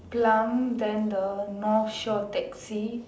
plum then the North shore taxi